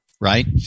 right